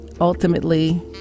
ultimately